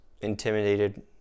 intimidated